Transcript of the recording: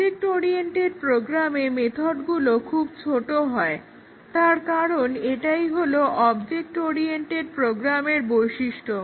object oriented প্রোগ্রামে মেথডগুলো খুব ছোট হয় তার কারণ এটাই হলো অবজেক্ট ওরিয়েন্টেড প্রোগ্রামের বৈশিষ্ট